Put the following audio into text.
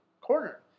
corner